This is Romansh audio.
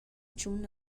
tschun